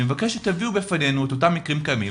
אני מבקש שתביאו בפנינו את אותם מקרים קיימים,